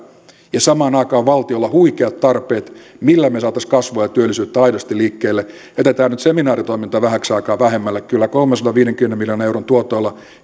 ja samaan aikaan valtiolla on huikeat tarpeet millä me saisimme kasvua ja työllisyyttä aidosti liikkeelle jätetään nyt seminaaritoiminta vähäksi aikaa vähemmälle kyllä kolmensadanviidenkymmenen miljoonan euron tuotoilla